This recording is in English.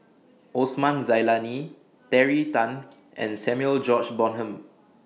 Osman Zailani Terry Tan and Samuel George Bonham